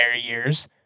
years